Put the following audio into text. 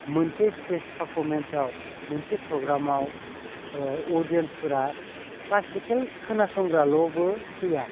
मोनसे सितेज पारफरमेन्स आव मोनसे प्रग्रामाव अदियेनसफोरा क्लासिकेल खोनासंग्राल'बो फैया